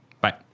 Bye